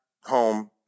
home